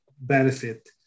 benefit